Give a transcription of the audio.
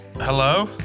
Hello